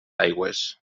aigües